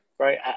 Right